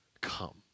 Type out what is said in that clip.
come